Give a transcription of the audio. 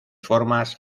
formas